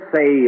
say